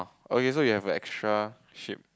okay so we have a extra sheep